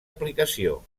aplicació